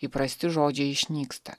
įprasti žodžiai išnyksta